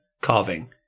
carving